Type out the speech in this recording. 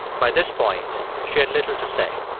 by this point, she had little to say.